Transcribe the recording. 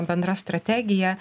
bendra strategija